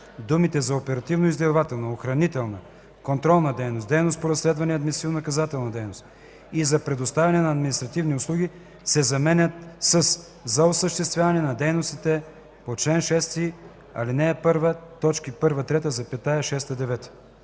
думите „за оперативно-издирвателна, охранителна, контролна дейност, дейност по разследване и административнонаказателна дейност и за предоставяне на административни услуги” се заменят със „за осъществяване на дейностите по чл. 6, ал. 1, т. 1-3, 6-9”.”